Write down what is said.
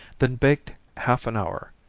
then baked half an hour.